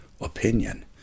opinion